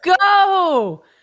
go